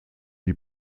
die